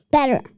Better